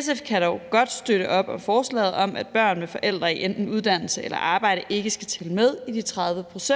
SF kan dog godt støtte op om forslaget om, at børn med forældre i enten uddannelse eller arbejde ikke skal tælle med i de 30 pct.,